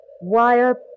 wire